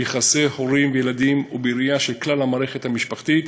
ביחסי הורים וילדים ובראייה של כלל המערכת המשפחתית.